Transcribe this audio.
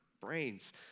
brains